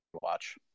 Watch